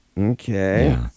Okay